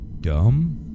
dumb